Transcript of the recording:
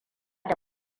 da